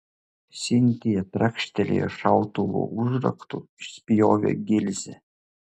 sintija trakštelėjo šautuvo užraktu išspjovė gilzę